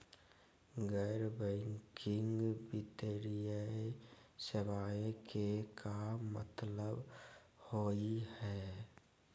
गैर बैंकिंग वित्तीय सेवाएं के का मतलब होई हे?